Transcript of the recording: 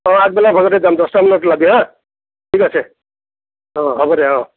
আগবেলাৰ ভাগতে যাম দহটা মানত ওলাবি হাঁ ঠিক আছে হ'ব দে